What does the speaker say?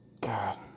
God